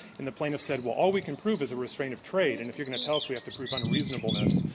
and the plaintiffs said, well, all we can prove is a restraint of trade. and if you're going to tell us we have to prove unreasonableness,